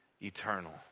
eternal